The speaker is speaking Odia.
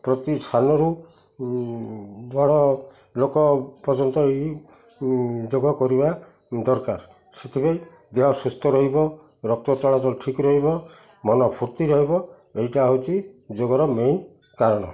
ପ୍ରତି ସାନରୁ ବଡ଼ ଲୋକ ପର୍ଯ୍ୟନ୍ତ ଏଇ ଯୋଗ କରିବା ଦରକାର ସେଥିପାଇଁ ଦେହ ସୁସ୍ଥ ରହିବ ରକ୍ତ ଚଳାଚଳ ଠିକ୍ ରହିବ ମନ ଫୂର୍ତ୍ତି ରହିବ ଏଇଟା ହେଉଛି ଯୋଗର ମେନ୍ କାରଣ